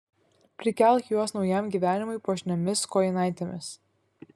prikelk juos naujam gyvenimui puošniomis kojinaitėmis